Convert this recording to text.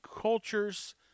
cultures